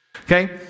Okay